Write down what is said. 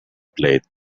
played